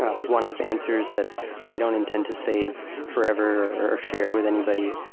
um like one-off answers that they don't intend to save forever or share with anybody.